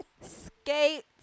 skate